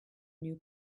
new